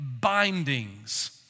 bindings